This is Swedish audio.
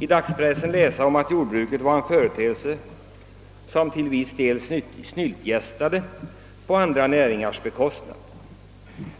i dagspressen läsa att jordbruket är en företeelse som delvis snyltgästar på andra näringar.